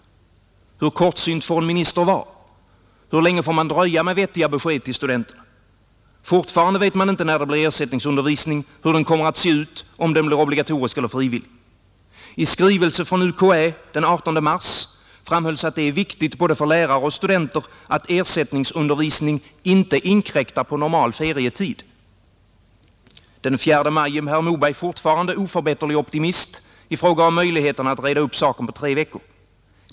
Hur kortsynt får en minister vara? Hur länge får man dröja med vettiga besked till studenterna? Fortfarande vet vi inte när det blir ersättningsundervisning, hur den kommer att se ut, om den blir obligatorisk eller frivillig. I skrivelse från UKÄ den 18 mars framhölls att det är viktigt både för lärare och studenter att ersättningsundervisning inte inkräktar på normal ferietid. Den 4 maj är herr Moberg fortfarande en oförbätterlig optimist i fråga om möjligheterna att reda upp saken på tre veckor.